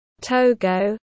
Togo